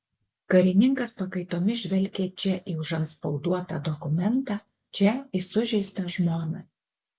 karininkas pakaitomis žvelgė čia į užantspauduotą dokumentą čia į sužeistą žmoną